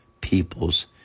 people's